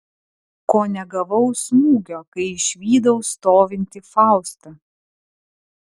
ko negavau smūgio kai išvydau stovintį faustą